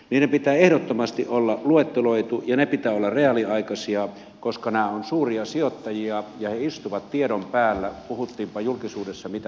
niiden pitää ehdottomasti olla luetteloitu ja niiden pitää olla reaaliaikaisia koska nämä ovat suuria sijoittajia ja he istuvat tiedon päällä puhuttiinpa julkisuudessa mitä tahansa